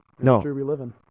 no